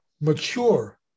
mature